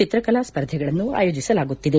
ಚಿತ್ರಕಲಾ ಸ್ಪರ್ಧಗಳನ್ನು ಆಯೋಜಿಸಲಾಗುತ್ತಿದೆ